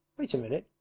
wait a minute,